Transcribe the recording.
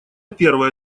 первое